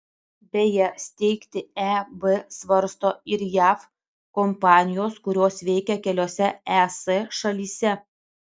beje steigti eb svarsto ir jav kompanijos kurios veikia keliose es šalyse